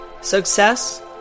success